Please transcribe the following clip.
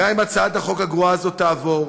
גם אם הצעת החוק הגרועה הזאת תעבור,